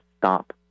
stop